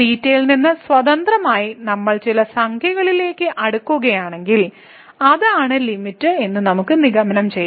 തീറ്റയിൽ നിന്ന് സ്വതന്ത്രമായി നമ്മൾ ചില സംഖ്യകളിലേക്ക് അടുക്കുകയാണെങ്കിൽ അതാണ് ലിമിറ്റ് എന്ന് നമുക്ക് നിഗമനം ചെയ്യാം